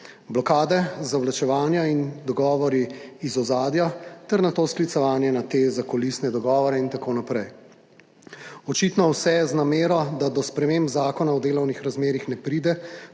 bila so zavlačevanja in dogovori iz ozadja ter nato sklicevanje na te zakulisne dogovore in tako naprej. Očitno vse z namero, da do sprememb Zakona o delovnih razmerjih ne pride